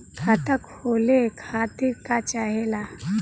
खाता खोले खातीर का चाहे ला?